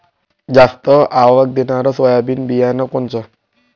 जास्त आवक देणनरं सोयाबीन बियानं कोनचं?